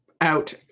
out